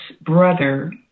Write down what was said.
brother